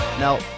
Now